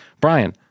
Brian